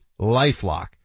LifeLock